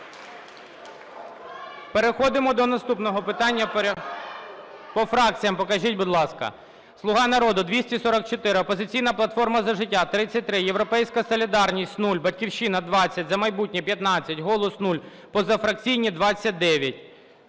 Переходимо до наступного питання порядку… По фракціях покажіть, будь ласка. "Слуга народу" – 244, "Опозиційна платформа - За життя" – 33, "Європейська солідарність" – 0, "Батьківщина" – 20, "За майбутнє" – 15, "Голос" – 0, позафракційні – 29.